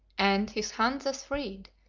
and, his hand thus freed,